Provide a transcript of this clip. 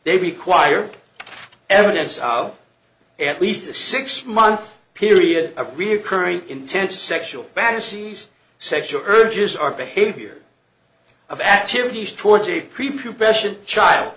they require evidence out at least a six month period of reoccurring intense sexual fantasies sexual urges are behavior of activities towards a